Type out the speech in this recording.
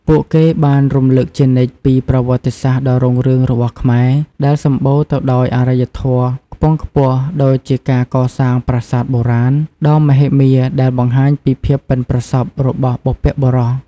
ពួកគេបានរំឭកជានិច្ចពី ប្រវត្តិសាស្ត្រដ៏រុងរឿងរបស់ខ្មែរ ដែលសម្បូរទៅដោយអរិយធម៌ខ្ពង់ខ្ពស់ ដូចជាការកសាង ប្រាសាទបុរាណ ដ៏មហិមាដែលបង្ហាញពីភាពប៉ិនប្រសប់របស់បុព្វបុរស។